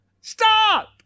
Stop